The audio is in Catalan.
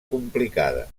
complicada